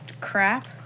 crap